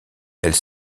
elles